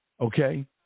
okay